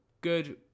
good